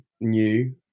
new